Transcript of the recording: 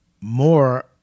more